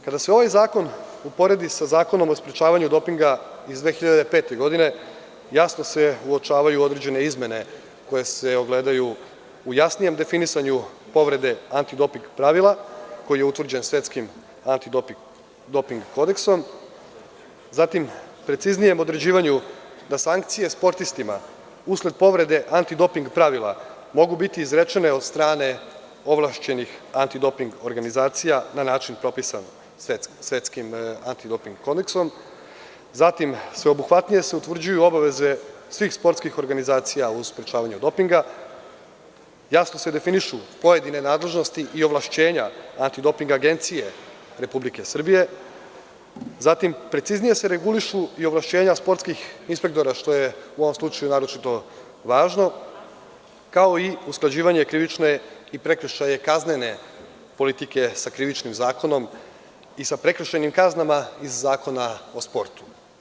Kada se ovaj zakon uporedi sa Zakonom o sprečavanju dopinga iz 2005. godine, jasno se uočavaju određene izmene koje se ogledaju u jasnijem definisanju povrede antidoping pravila, koja su utvrđena Svetskim antidoping kodeksom, zatim, preciznijem određivanju da sankcije sportistima usled povrede antidoping pravila mogu biti izrečene od strane ovlašćenih antidoping organizacija na način propisan Svetskim antidoping kodeksom, zatim, sveobuhvatnije se utvrđuju obaveze svih sportskih organizacija u sprečavanju dopinga, jasno se definišu pojedine nadležnosti i ovlašćenja Antidoping agencije Republike Srbije, preciznije se regulišu i ovlašćenja sportskih inspektora, što je u ovom slučaju naročito važno, kao i usklađivanje krivične i prekršajne kaznene politike sa Krivičnim zakonom i sa prekršajnim kaznama iz Zakona o sportu.